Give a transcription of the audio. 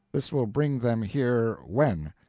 this will bring them here when?